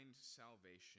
salvation